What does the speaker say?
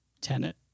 Tenant